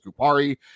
Kupari